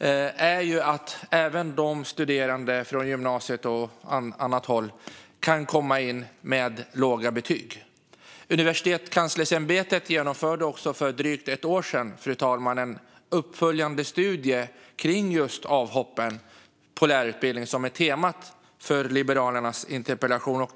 av det är att även studerande med låga betyg från gymnasiet och annat håll kan komma in. Fru talman! Universitetskanslersämbetet genomförde för drygt ett år sedan en uppföljande studie som gällde just avhoppen från lärarutbildningen, vilket är temat för Liberalernas interpellation.